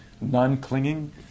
non-clinging